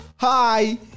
Hi